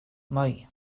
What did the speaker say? moi